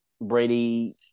Brady